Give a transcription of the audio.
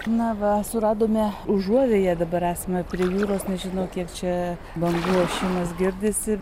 na va suradome užuovėją dabar esame prie jūros nežinau kiek čia bangų ošimas girdisi